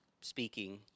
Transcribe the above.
speaking